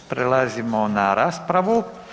Prelazimo na raspravu.